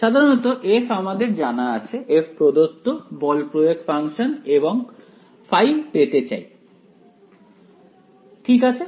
সাধারণত f আমাদের জানা আছে f প্রদত্ত বলপ্রয়োগ ফাংশন এবং আমি ϕ পেতে চাই ঠিক আছে